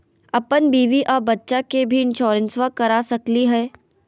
अपन बीबी आ बच्चा के भी इंसोरेंसबा करा सकली हय?